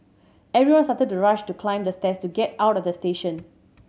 everyone started to rush to climb the stairs to get out of the station